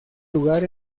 lugar